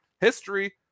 History